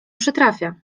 przytrafia